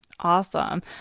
Awesome